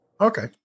Okay